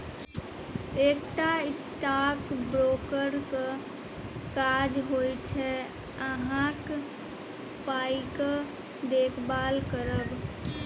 एकटा स्टॉक ब्रोकरक काज होइत छै अहाँक पायक देखभाल करब